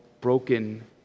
broken